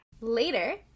later